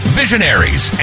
visionaries